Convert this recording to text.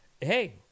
hey